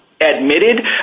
Admitted